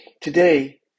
Today